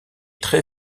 très